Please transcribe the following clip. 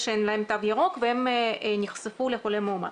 שאין להם תו ירוק והם נחשפו לחולה מאומת.